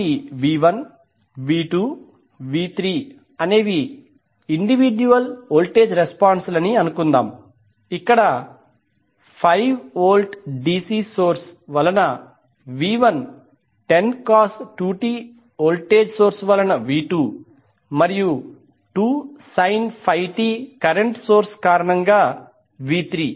కాబట్టి v1 v2 v3 అనేవి individual voltage response అని అనుకుందాం ఇక్కడ 5V డిసి సోర్స్ వలన v1 10 cos2t వోల్టేజ్ సోర్స్ వలన v2 మరియు 2 sin5t కరెంట్ సోర్స్ కారణంగా v3